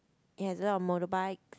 it has a lot of motorbike